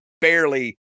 barely